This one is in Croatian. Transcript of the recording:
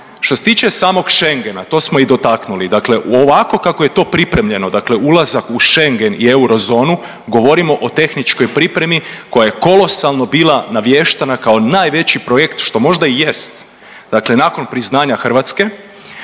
Što se tiče samog Schengena to smo i dotaknuli. Dakle, ovako kako je to pripremljeno, dakle ulazak u Schengen i eurozonu, govorimo o tehničkoj pripremi koja je kolosalno bila naviještana kao najveći projekt što možda i jest. Dakle, nakon priznanja Hrvatske